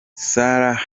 sarah